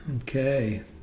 Okay